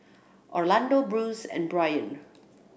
Orlando Bruce and Bryon